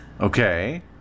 Okay